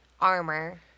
armor